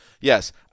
Yes